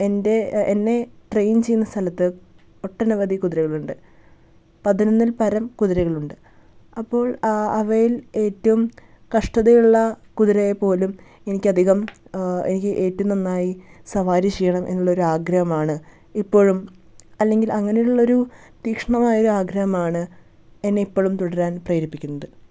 എൻ്റെ എന്നെ ട്രെയിൻ ചെയ്യുന്ന സ്ഥലത്ത് ഒട്ടനവധി കുതിരകളുണ്ട് പതിനൊന്നിൽ പരം കുതിരകളുണ്ട് അപ്പോൾ അവയിൽ ഏറ്റവും കഷ്ടതയുള്ള കുതിരയെ പോലും എനിക്കധികം എനിക്ക് ഏറ്റവും നന്നായി സവാരി ചെയ്യണം എന്നുള്ള ആഗ്രഹമാണ് ഇപ്പോഴും അല്ലെങ്കിൽ അങ്ങനുള്ളൊരു തീക്ഷ്ണമായ ഒരാഗ്രഹമാണ് എന്നെ ഇപ്പോളും തുടരാൻ പ്രേരിപ്പിക്കുന്നത്